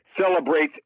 celebrates